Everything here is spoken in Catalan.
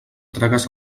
tragues